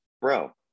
bro